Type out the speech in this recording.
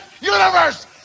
universe